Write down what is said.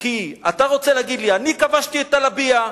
כי אתה רוצה להגיד לי: אני כבשתי את טלביה,